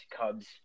Cubs